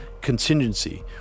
contingency